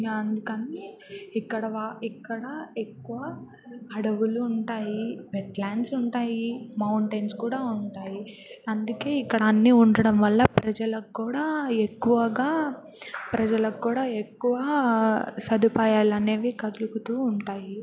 అందుకని ఇక్కడ వా ఇక్కడ ఎక్కువ అడవులు ఉంటాయి వెట్ ల్యాండ్స్ ఉంటాయి మౌంటైన్స్ కూడా ఉంటాయి అందుకే ఇక్కడ అన్నీ ఉండడం వల్ల ప్రజలకి కూడా ఎక్కువగా ప్రజలకి కూడా ఎక్కువ సదుపాయాలనేవి కలుగుతూ ఉంటాయి